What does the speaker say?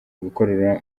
gukorera